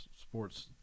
sports